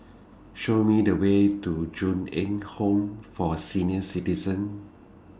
Show Me The Way to Ju Eng Home For Senior Citizens